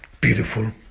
beautiful